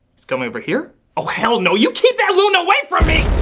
he's coming over here? oh, hell no! you keep that loon away from me!